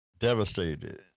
devastated